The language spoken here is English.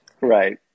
Right